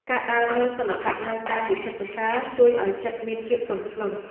ការដើរមើលសិល្បៈនៅតាមវិចិត្រសាល ជួយឱ្យចិត្តមានភាពទន់ភ្លន់។